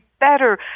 better